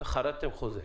כרתם חוזה.